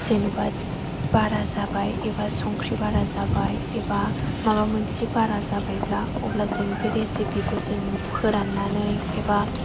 जेनेबा बारा जाबाय एबा संख्रि बारा जाबाय एबा माबा मोनसे बारा जाबायब्ला अब्ला जोङो बे रेसिपि खौ जोङो फोराननानै एबा